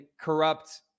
corrupt